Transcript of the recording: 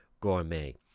gourmet